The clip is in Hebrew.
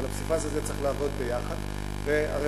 אבל הפסיפס הזה צריך לעבוד ביחד והרווחים,